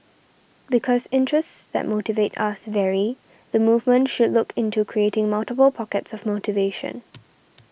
because interests that motivate us vary the movement should look into creating multiple pockets of motivation